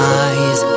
eyes